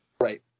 Right